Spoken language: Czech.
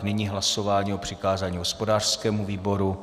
Nyní hlasování o přikázání hospodářskému výboru.